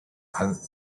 and